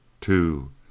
two